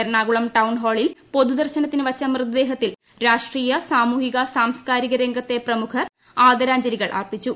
Ernakulam town ഹാളിൽ പൊതു ദർശനത്തിനു വച്ച മൃതദേഹത്തിൽ രാഷ്ട്രീയ സാമൂഹിക സാംസ്കാരിക രംഗത്തെ പ്രമുഖർ ആദരാംഞ്ജലികൾ അർപ്പിച്ചു